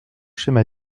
schéma